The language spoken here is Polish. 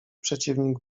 przeciwnik